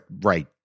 right